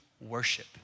worship